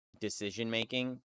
decision-making